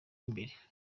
imbere